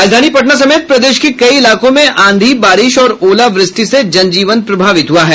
राजधानी पटना समेत प्रदेश के कई इलाकों में आंधी बारिश और ओलावृष्टि से जन जीवन प्रभावित हुआ है